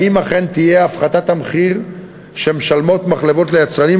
האם אכן תהיה הפחתה במחיר שמשלמות המחלבות ליצרנים,